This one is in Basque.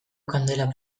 kandela